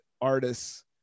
artists